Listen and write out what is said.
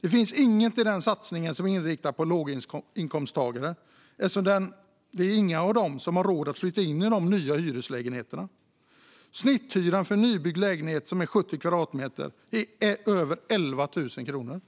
Det finns inget i den satsningen som är inriktat på låginkomsttagare, eftersom det inte är någon av dem som har råd att flytta in i de nya hyreslägenheterna. Snitthyran för en nybyggd lägenhet som är 70 kvadratmeter är över 11 000 kronor.